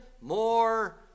More